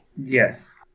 Yes